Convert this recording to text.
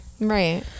Right